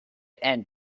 end